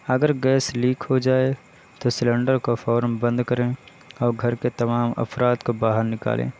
اگر gas leak ہو جائے تو سیلنڈر کو فوراً بند کریں اور گھر کے تمام افراد کو باہر نکالیں